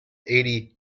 eighty